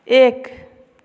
एक